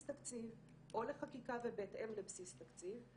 תקציב או לחקיקה ובהתאם לבסיס תקציב,